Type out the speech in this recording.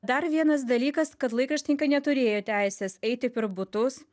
dar vienas dalykas kad laikraštininkai neturėjo teisės eiti per butus